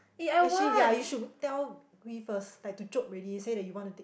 actually ya you should tell Wee first that the chop already say that you want to take